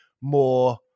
more